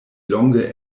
longe